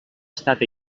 estat